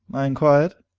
i inquired.